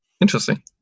interesting